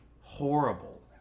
horrible